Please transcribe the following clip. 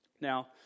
Now